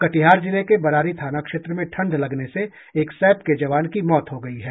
कटिहार जिले के बरारी थाना क्षेत्र में ठंड लगने से एक सैप के जवान की मौत हो गयी है